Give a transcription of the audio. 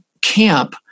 camp